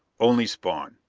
only spawn.